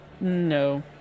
No